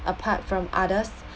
apart from others